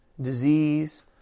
disease